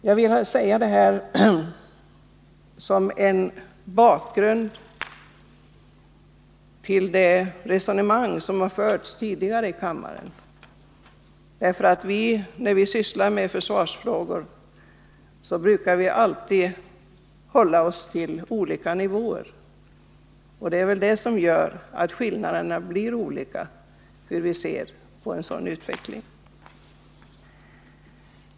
Jag vill säga detta som en bakgrund till det resonemang som har förts tidigare i kammaren. När vi sysslar med försvarsfrågor brukar vi alltid hålla oss till olika nivåer, och det är väl det som gör skillnaderna i vår syn på utvecklingen.